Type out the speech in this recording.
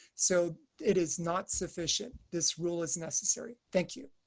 so it is not sufficient. this rule is necessary. thank you.